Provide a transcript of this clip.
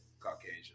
caucasian